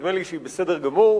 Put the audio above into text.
נדמה לי שהיא בסדר גמור,